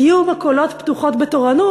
יהיו מכולות פתוחות בתורנות,